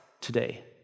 today